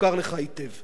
מוכר לך היטב,